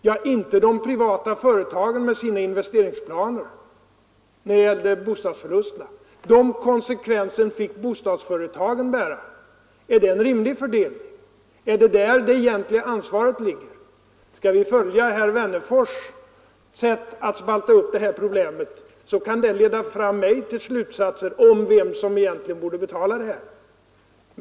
När det gällde bostadsförlusterna var det inte de privata företagen med sina investeringsplaner; konsekvenserna fick bostadsföretagen bära. Är det en rimlig fördelning? Är det där det egentliga ansvaret ligger? Skall vi följa herr Wennerfors” sätt att spalta upp det här problemet, kan det leda mig fram till en slutsats i fråga om vem som egentligen borde betala.